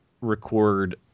record